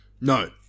No